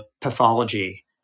pathology